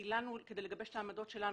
כדי לגבש את העמדות שלנו,